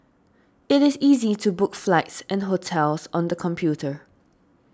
it is easy to book flights and hotels on the computer